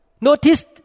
Notice